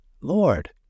Lord